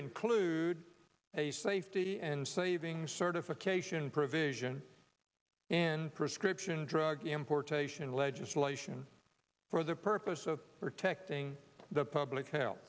include a safety and savings certification provision in prescription drug importation legislation for the purpose of protecting the public health